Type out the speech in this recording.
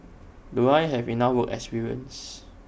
do I have enough work experience